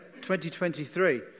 2023